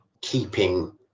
keeping